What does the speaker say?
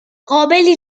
قابلی